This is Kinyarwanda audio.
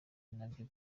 nabyo